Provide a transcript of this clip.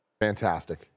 fantastic